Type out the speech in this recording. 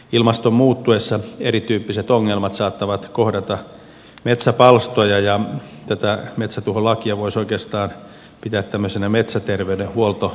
ilmaston muuttuessa erityyppiset ongelmat saattavat kohdata metsäpalstoja ja tätä metsätuholakia voisi oikeastaan pitää tämmöisenä metsäterveydenhuoltolainsäädäntönä